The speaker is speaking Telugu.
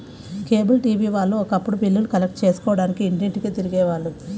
కేబుల్ టీవీ వాళ్ళు ఒకప్పుడు బిల్లులు కలెక్ట్ చేసుకోడానికి ఇంటింటికీ తిరిగే వాళ్ళు